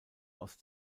aus